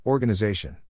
Organization